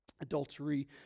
adultery